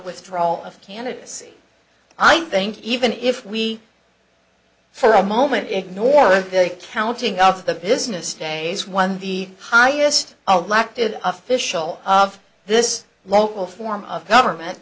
withdrawal of candidacy i think even if we for a moment ignore the counting of the business days when the highest alack to official of this local form of government